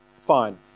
fine